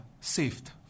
saved